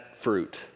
fruit